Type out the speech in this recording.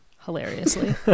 Hilariously